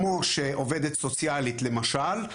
כמו שעובדת סוציאלית, למשל,